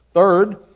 Third